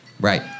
Right